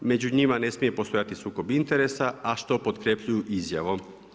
Među njima ne smije postojati sukob interesa, a što potkrepljuju izjavom.